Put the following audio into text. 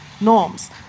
norms